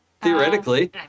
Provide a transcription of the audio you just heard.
Theoretically